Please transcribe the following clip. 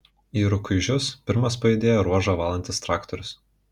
į rukuižius pirmas pajudėjo ruožą valantis traktorius